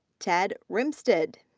ted rimstidt.